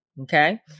okay